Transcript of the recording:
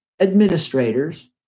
administrators